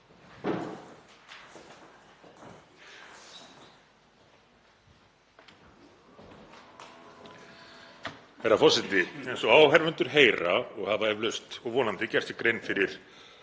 Herra forseti. Eins og áheyrendur heyra og hafa eflaust og vonandi gert sér grein fyrir